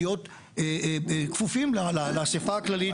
להיות כפופים לאסיפה הכללית.